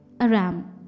Aram